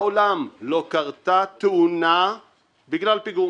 מעולם לא קרתה תאונה בגלל פיגום